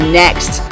next